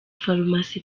farumasi